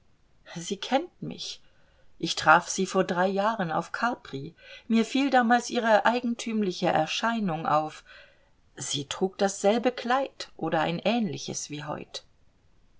sie kennt mich ich traf sie vor drei jahren auf capri mir fiel damals ihre eigentümliche erscheinung auf sie trug dasselbe kleid oder ein ähnliches wie heut